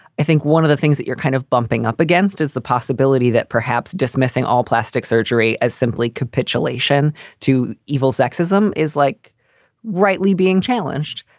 i think one of the things that you're kind of bumping up against is the possibility that perhaps dismissing all plastic surgery as simply capitulation to evil sexism is like rightly being challenged.